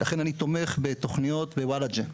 ולכן אני תומך בתוכניות בוולאג'ה.